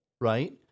right